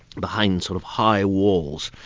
behind sort of high walls,